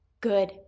good